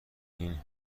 این